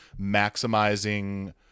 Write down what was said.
maximizing